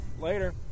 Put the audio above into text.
Later